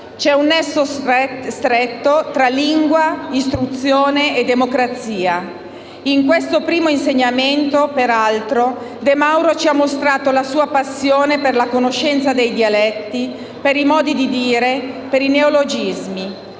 C'è un nesso stretto tra lingua, istruzione e democrazia. In questo primo insegnamento, peraltro, De Mauro ci ha mostrato la sua passione per la conoscenza dei dialetti, per i modi di dire, per i neologismi.